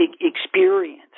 experience